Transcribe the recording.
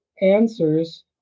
answers